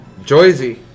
Joyzy